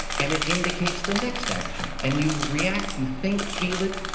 and it indicates the next action. and you react, you think, feel it,